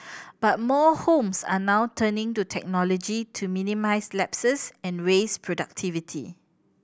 but more homes are now turning to technology to minimise lapses and raise productivity